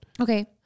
Okay